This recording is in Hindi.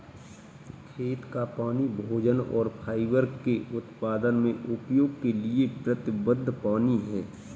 खेत का पानी भोजन और फाइबर के उत्पादन में उपयोग के लिए प्रतिबद्ध पानी है